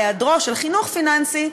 היעדרו של חינוך פיננסי,